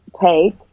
take